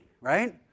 right